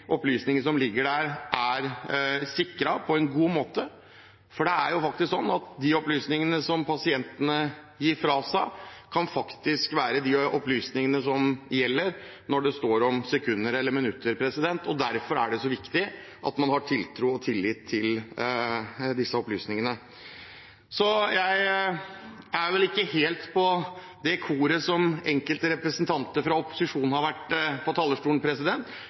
opplysningene som pasientene gir fra seg, kan faktisk være de opplysningene som gjelder når det står om minutter eller sekunder. Derfor er det så viktig at man har tiltro og tillit til disse opplysningene. Jeg er nok ikke helt med i det koret som enkelte representanter fra opposisjonen som har vært oppe på talerstolen,